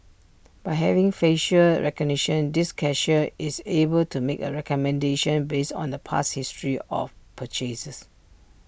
by having facial recognition this cashier is able to make A recommendation based on the past history of purchases